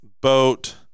boat